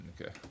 okay